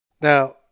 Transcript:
Now